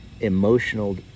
emotional